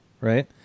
right